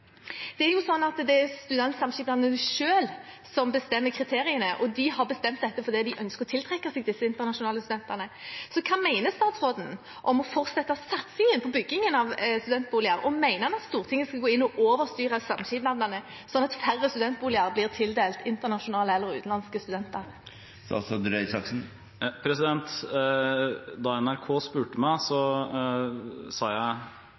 Det er jo sånn at det er studentsamskipnaden selv som bestemmer kriteriene, og de har bestemt dette fordi de ønsker å tilknytte seg disse internasjonale studentene. Hva mener statsråden om å fortsette satsingen på byggingen av studentboliger, og mener han at Stortinget skal gå inn og overstyre studentsamskipnaden sånn at færre studentboliger blir tildelt internasjonale eller utenlandske studenter? Da NRK spurte meg, brøt jeg egentlig den første regelen for enhver klok politiker – jeg hadde ikke bare ett budskap, jeg